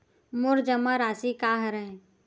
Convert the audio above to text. मोर जमा राशि का हरय?